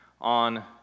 on